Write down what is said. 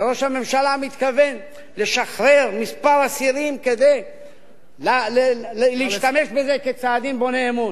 שראש הממשלה מתכוון לשחרר כמה אסירים כדי להשתמש בזה כצעדים בוני אמון.